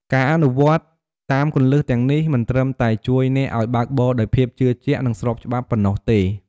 ការអនុវត្តតាមគន្លឹះទាំងនេះ មិនត្រឹមតែជួយអ្នកឲ្យបើកបរដោយភាពជឿជាក់ និងស្របច្បាប់ប៉ុណ្ណោះទេ។